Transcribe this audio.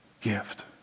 gift